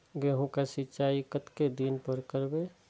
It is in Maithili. गेहूं का सीचाई कतेक दिन पर करबे?